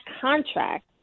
contract